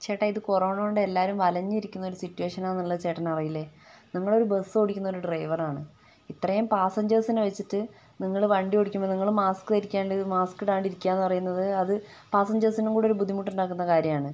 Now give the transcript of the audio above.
ചേട്ടാ ഇത് കൊറോണ കൊണ്ട് എല്ലാവരും വലഞ്ഞിരിക്കുന്നൊരു സിറ്റുവേഷനാണെന്ന് ചേട്ടന് അറിയില്ലേ നമ്മളൊരു ബസ് ഓടിക്കുന്ന ഒരു ഡ്രൈവർ ആണ് ഇത്രേം പാസഞ്ചേഴ്സിനെ വെച്ചിട്ട് നിങ്ങള് വണ്ടി ഓടിക്കുമ്പോ നിങ്ങള് മാസ്ക് ധരിക്കാണ്ട് മാസ്ക് ഇടാണ്ട് ഇരിക്കുക എന്ന് പറയുന്നത് അത് പാസ്സഞ്ചേഴ്സിനും കൂടൊരു ബുദ്ധിമുട്ട് ഉണ്ടാക്കുന്ന കാര്യാണ്